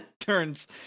turns